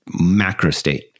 macrostate